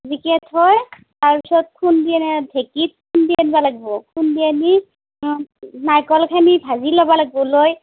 ভিগে থৈ তাৰপিছত খুন্দি আনি ঢেঁকীত খুন্দি আনিব লাগিব খুন্দি আনি নাৰিকলখিনি ভাজি ল'ব লাগিব লৈ